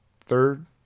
third